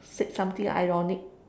said something ironic